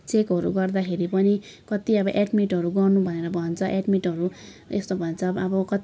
चेकहरू गर्दाखेरि पनि कति अब एडमिटहरू गर्नु भनेर भन्छ एडमिटहरू यस्तो भन्छ अब कति